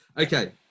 Okay